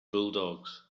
bulldogs